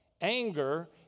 anger